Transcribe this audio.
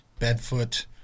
bedfoot